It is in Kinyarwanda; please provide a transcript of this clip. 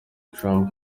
trump